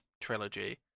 trilogy